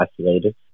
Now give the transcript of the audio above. isolated